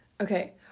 Okay